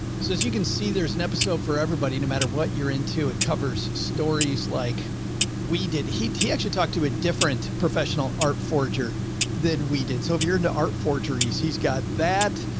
so as you can see, there's an episode for everybody, no matter what you're into, it covers stories like we did. he he actually talked to a different professional art forger than we did. so if you're in the art forgeries, he's got that,